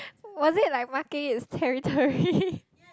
was it like marking its territory